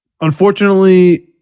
Unfortunately